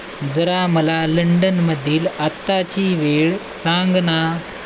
जरा मला लंडनमधील आत्ताची वेळ सांग ना